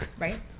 Right